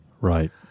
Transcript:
Right